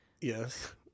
Yes